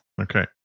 Okay